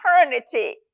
eternity